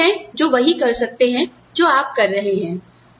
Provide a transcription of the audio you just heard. कितने लोग हैं जो वही कर सकते हैं जो आप कर रहे हैं